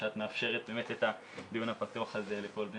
שאת מאפשרת באמת את הדיון הפתוח הזה לכל בני